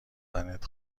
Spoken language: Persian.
تنت